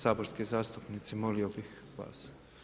Saborski zastupnici, molio bih vas.